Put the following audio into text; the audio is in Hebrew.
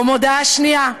מודעה שנייה: